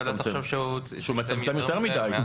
אולי הוועדה תחשוב שהוא מצמצם יותר מדי.